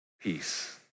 peace